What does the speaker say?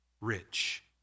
rich